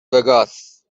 وگاس